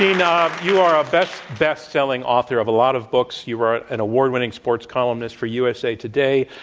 you know you are a best best-selling author of a lot of books. you are an award-winning sports columnist for usa today.